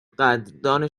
قدردان